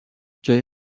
جای